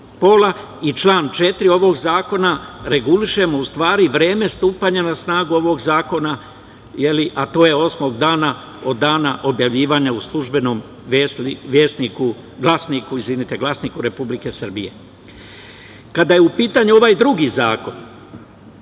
Članom 4. ovog zakona, regulišemo u stvari, vreme stupanja na snagu ovog zakona, a to je osmog dana od dana objavljivanja u „Službenom glasniku RS“.Kada je u pitanju ovaj drugi zakon